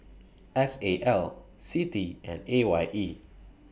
S A L C T and A Y E